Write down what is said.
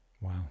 Wow